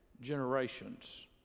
generations